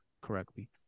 correctly